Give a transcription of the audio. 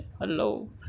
hello